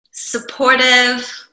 Supportive